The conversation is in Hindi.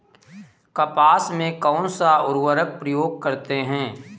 कपास में कौनसा उर्वरक प्रयोग करते हैं?